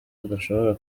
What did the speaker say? adashobora